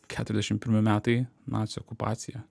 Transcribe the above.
keturiasdešim pirmi metai nacių okupacija